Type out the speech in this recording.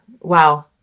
Wow